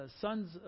sons